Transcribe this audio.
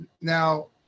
Now